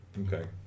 okay